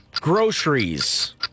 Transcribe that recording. groceries